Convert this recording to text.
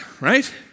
right